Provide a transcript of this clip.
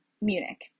munich